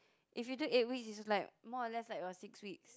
if you take eight weeks it's like more or less like your six weeks